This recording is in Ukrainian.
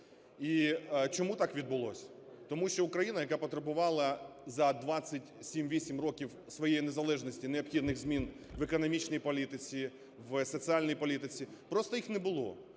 І чому так відбулось? Тому що Україна, яка потребувала за 27-28 років своєї незалежності необхідних змін в економічній політиці, в соціальній політиці, просто їх не було.